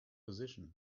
position